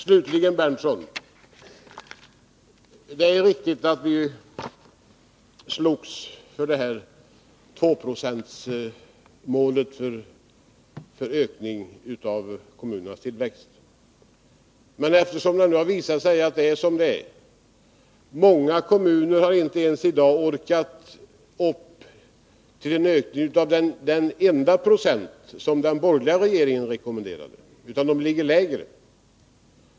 Slutligen vill jag säga till Nils Berndtson att det är riktigt att vi slogs för tvåprocentsmålet i fråga om kommunernas tillväxt. Nu har det visat sig att många kommuner inte ens har orkat upp till den enda procents ökning som den borgerliga regeringen rekommenderade utan ligger lägre.